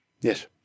Yes